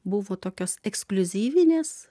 buvo tokios ekskliuzyvinės